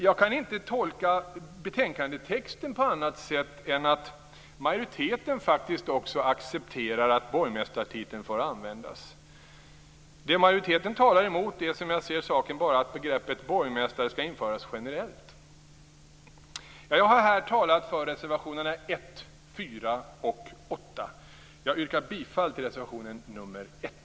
Jag kan inte tolka betänkandetexten på annat sätt än att majoriteten faktiskt också accepterar att borgmästartiteln får användas. Det majoriteten talar emot är, som jag ser saken, bara att begreppet borgmästare skall införas generellt. Jag har här talat för reservationerna nr 1, 4 och 8. Jag yrkar bifall till reservation nr 1.